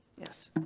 yes.